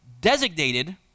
designated